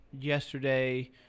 yesterday